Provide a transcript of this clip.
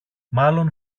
μάλλον